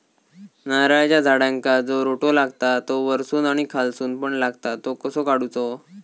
नारळाच्या झाडांका जो रोटो लागता तो वर्सून आणि खालसून पण लागता तो कसो काडूचो?